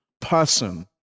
person